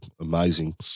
amazing